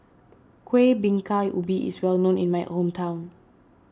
Kuih Bingka Ubi is well known in my hometown